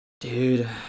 Dude